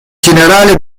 generale